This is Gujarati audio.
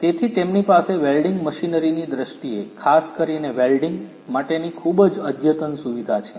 તેથી તેમની પાસે વેલ્ડીંગ મશીનરીની દ્રષ્ટિએ ખાસ કરીને વેલ્ડીંગ માટેની ખૂબ જ અદ્યતન સુવિધા છે